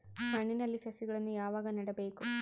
ಮಣ್ಣಿನಲ್ಲಿ ಸಸಿಗಳನ್ನು ಯಾವಾಗ ನೆಡಬೇಕು?